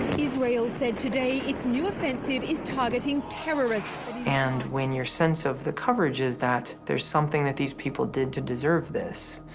israel said today its new offensive is targeting terrorists. and and when your sense of the coverage is that, thereis something that these people did to deserve this,